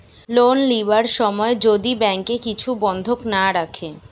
loan লিবার সময় যদি ব্যাংকে কিছু বন্ধক না রাখে